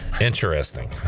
interesting